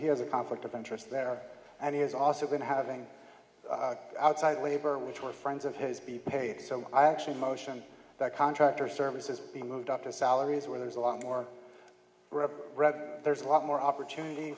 he has a conflict of interest there and he has also been having outside labor which were friends of his be paid so i actually motion that contractor services be moved up to salaries where there's a lot more red there's a lot more opportunity